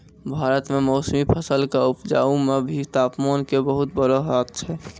भारत मॅ मौसमी फसल कॅ उपजाय मॅ भी तामपान के बहुत बड़ो हाथ छै